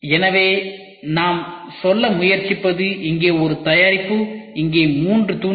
எனவே நாம் சொல்ல முயற்சிப்பது இங்கே ஒரு தயாரிப்பு இங்கே 3 தூண்கள்